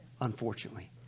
unfortunately